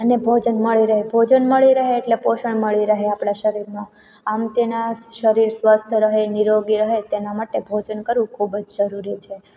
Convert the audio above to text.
અને ભોજન મળી રહે ભોજન મળી રહે એટલે પોષણ મળી રહે આપણા શરીરમાં આમ તેના શરીર સ્વસ્થ રહે નિરોગી રહે તેના માટે ભોજન કરવું ખૂબજ જરૂરી છે